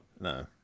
No